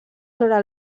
sobre